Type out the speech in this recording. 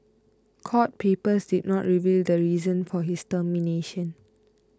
court papers did not reveal the reason for his termination